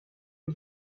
and